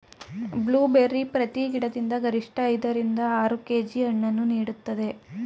blueberry ಪ್ರತಿ ಗಿಡದಿಂದ ಗರಿಷ್ಠ ಐದ ರಿಂದ ಆರು ಕೆ.ಜಿ ಹಣ್ಣನ್ನು ನೀಡುತ್ತದೆ